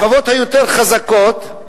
השכבות היותר חזקות,